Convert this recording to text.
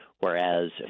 whereas